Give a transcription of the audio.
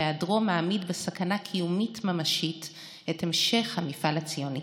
שהיעדרו מעמיד בסכנה קיומית ממשית את המשך המפעל הציוני.